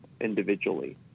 individually